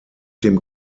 dem